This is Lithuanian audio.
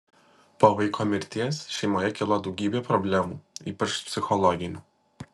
po vaiko mirties šeimoje kilo daugybė problemų ypač psichologinių